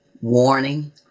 warning